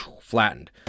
flattened